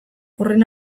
horren